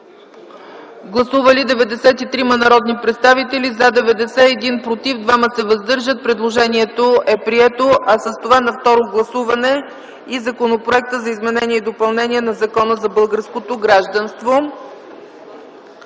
Гласували 93 народни представители: за 90, против 1, въздържали се 2. Предложението е прието, а с това е приет на второ гласуване Законът за изменение и допълнение на Закона за българското гражданство.